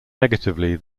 negatively